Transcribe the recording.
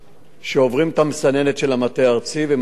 שעוברים את המסננת של המטה הארצי ומגיעים אלי.